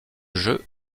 jeu